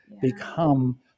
become